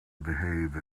behave